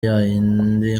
yayindi